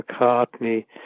McCartney